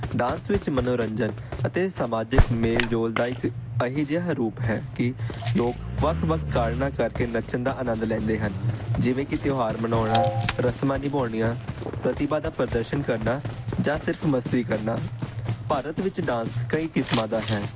dance ਵਿੱਚ ਮਨੋਰੰਜਨ ਅਤੇ ਸਮਾਜਿਕ ਮੇਲ ਜੋਲ ਦਾ ਇੱਕ ਇਹੋ ਜਿਹਾ ਰੂਪ ਹੈ ਕਿ ਲੋਕ ਵੱਖ ਵੱਖ ਕਾਰਨਾਂ ਕਰਕੇ ਨੱਚਣ ਦਾ ਆਨੰਦ ਲੈਂਦੇ ਹਨ ਜਿਵੇਂ ਕਿ ਤਿਉਹਾਰ ਮਨਾਉਣਾ ਰਸਮਾਂ ਨਿਭਾਉਣੀਆਂ ਪ੍ਰਤੀਭਾ ਦਾ ਪ੍ਰਦਰਸ਼ਨ ਕਰਨਾ ਜਾਂ ਸਿਰਫ਼ ਮਸਤੀ ਕਰਨਾ ਭਾਰਤ ਵਿੱਚ ਡਾਂਸ ਕਈ ਕਿਸਮਾਂ ਦਾ ਹੈ